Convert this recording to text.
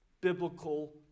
biblical